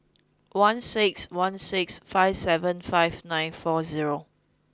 one six one six five seven five nine four zero